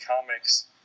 comics